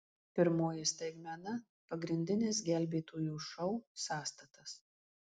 pirmoji staigmena pagrindinis gelbėtojų šou sąstatas